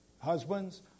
Husbands